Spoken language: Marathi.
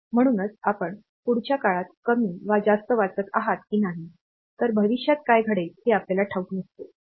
म्हणूनच आपण पुढच्या काळात कमी वा जास्त वाचत आहात की नाही तर भविष्यात काय घडेल हे आपल्याला ठाऊक नसते